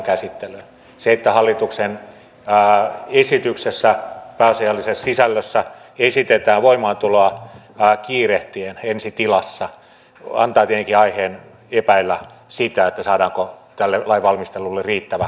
se että hallituksen esityksessä pääasiallisessa sisällössä esitetään voimaantuloa kiirehtien ensi tilassa antaa tietenkin aiheen epäillä sitä saadaanko tälle lainvalmistelulle riittävä kuuleminen aikaan